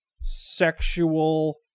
sexual